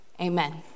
Amen